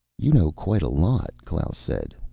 you know quite a lot, klaus said.